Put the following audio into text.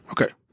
okay